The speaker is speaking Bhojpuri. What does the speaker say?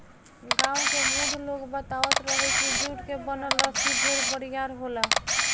गांव के बुढ़ लोग बतावत रहे की जुट के बनल रसरी ढेर बरियार होला